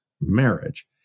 marriage